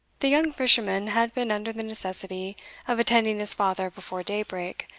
the young fisherman had been under the necessity of attending his father before daybreak,